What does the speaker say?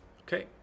Okay